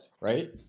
right